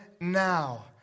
now